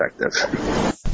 effective